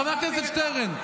חבר הכנסת שטרן?